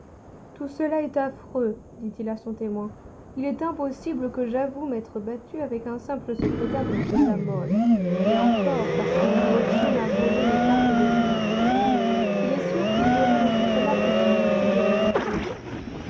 tout cela est affreux dit-il à son témoin il est impossible que j'avoue m'être battu avec un simple secrétaire de m de la mole et encore parce que mon cocher m'a volé mes cartes de visite il est sûr qu'il y aurait dans tout cela possibilité de ridicule